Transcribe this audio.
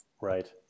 Right